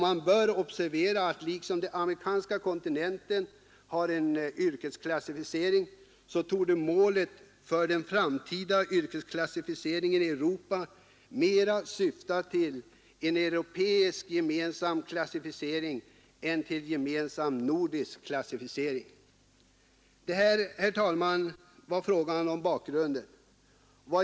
Man bör observera att liksom den amerikanska kontinenten har en yrkesklassificering torde målet för den framtida yrkesklassificeringen i Europa mer vara en europeisk gemensam klassificering än en gemensam nordisk klassificering. Detta, herr talman, var bakgrunden.